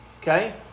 Okay